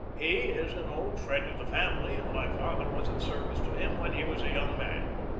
he is an old friend of the family, and my father was of service to him when he was a young man.